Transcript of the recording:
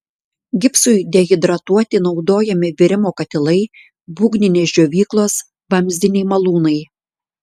gipsui dehidratuoti naudojami virimo katilai būgninės džiovyklos vamzdiniai malūnai